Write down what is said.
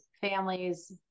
families